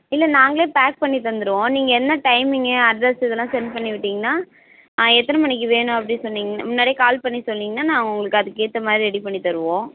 இல்லை நாங்களே பேக் பண்ணித் தந்திருவோம் நீங்கள் என்ன டைமிங் அட்ரஸ் இதெல்லாம் செண்ட் பண்ணிவிட்டீங்கனா ஆ எத்தனை மணிக்கு வேணும் அப்படி சொன்னீங்க முன்னாடியே கால் பண்ணி சொன்னீங்கன்னா நான் உங்களுக்கு அதுக்கேற்ற மாதிரி ரெடி பண்ணித் தருவோம்